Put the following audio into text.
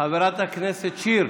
חברת הכנסת שיר.